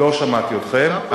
לא שמעתי אתכם.